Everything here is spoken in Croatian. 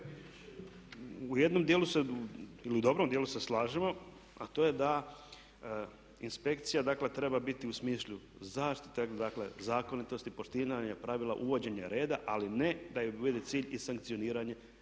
u dobrom djelu se slažemo a to je da inspekcija dakle treba biti u smislu zaštite, dakle zakonitosti, poštivanja pravila uvođenja reda ali ne da joj bude cilj i sankcioniranje,